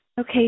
Okay